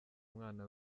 umwana